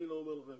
אני לא אומר לכם